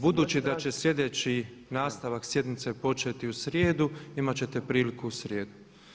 Budući da će sljedeći nastavak sjednice početi u srijedu, imati ćete priliku u srijedu.